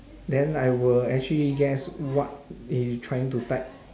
then I will actually guess what he trying to type